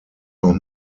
noch